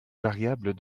variables